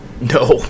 No